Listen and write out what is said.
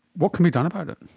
what can be done about it?